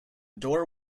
door